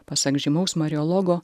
pasak žymaus marijologo